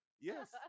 Yes